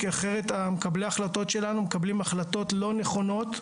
כי אחרת מקבלי ההחלטות שלנו מקבלים החלטות לא נכונות,